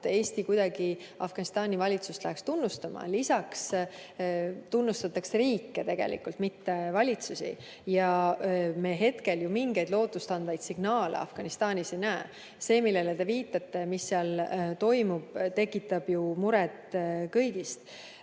Eesti kuidagi läheks Afganistani valitsust tunnustama. Lisaks tunnustatakse tegelikult riike, mitte valitsusi, ja me hetkel ju mingeid lootustandvaid signaale Afganistanis ei näe. See, millele te viitate, see, mis seal toimub, tekitab ju muret kõigis.